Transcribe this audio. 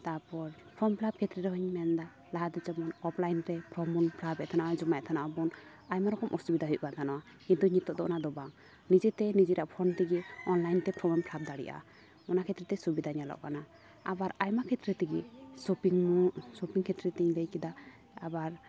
ᱛᱟᱯᱚᱨ form fill up ᱠᱷᱮᱛᱛᱨᱮ ᱦᱚᱸᱧ ᱢᱮᱱᱫᱟ ᱞᱟᱦᱟ ᱫᱚ ᱡᱮᱢᱚᱱ ᱚᱯ ᱞᱟᱭᱤᱱ ᱛᱮ ᱯᱷᱚᱨᱚᱢ ᱵᱚᱱ ᱯᱷᱤᱞᱟᱯᱮᱫ ᱛᱟᱦᱮᱠᱟᱱᱟ ᱟᱡᱚᱢᱮᱫ ᱛᱟᱦᱮᱱᱟᱵᱚᱱ ᱟᱭᱢᱟ ᱨᱚᱠᱚᱢ ᱚᱥᱩᱵᱤᱫᱟ ᱦᱩᱭᱩᱜ ᱠᱟᱱ ᱛᱟᱦᱮᱱᱚᱜᱼᱟ ᱠᱤᱱᱛᱩ ᱱᱤᱛᱚᱜ ᱫᱚ ᱚᱱᱟ ᱫᱚ ᱵᱟᱝ ᱱᱤᱡᱮᱛᱮ ᱱᱤᱡᱮᱨᱟᱜ ᱯᱷᱳᱱ ᱛᱮᱜᱮ ᱚᱱᱞᱟᱭᱤᱱ ᱛᱮ ᱯᱷᱚᱨᱚᱢᱮᱢ ᱯᱷᱤᱞᱟᱯ ᱫᱟᱲᱮᱭᱟᱜᱼᱟ ᱚᱱᱟ ᱠᱷᱟᱹᱛᱤᱨ ᱛᱮ ᱥᱩᱵᱤᱫᱟ ᱧᱮᱞᱚᱜ ᱠᱟᱱᱟ ᱟᱵᱟᱨ ᱟᱭᱢᱟ ᱠᱷᱮᱛᱨᱮ ᱛᱮᱜᱮ ᱥᱚᱯᱤᱝ ᱢᱚᱞ ᱥᱚᱯᱤᱝ ᱠᱷᱮᱛᱨᱮ ᱛᱮᱧ ᱞᱟᱹᱭ ᱠᱮᱫᱟ ᱟᱵᱟᱨ